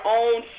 own